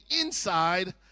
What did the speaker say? inside